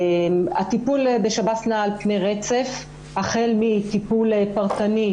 הטיפול בשב"ס נע על פני רצף החל מטיפול פרטני,